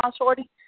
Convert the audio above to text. shorty